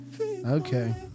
Okay